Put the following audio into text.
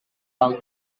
uang